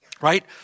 Right